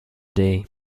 dee